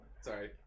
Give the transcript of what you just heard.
Sorry